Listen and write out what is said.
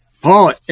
Paul